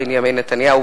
בנימין נתניהו,